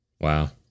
Wow